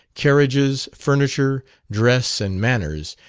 carriages, furniture, dress, and manners,